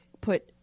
put